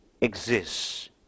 exists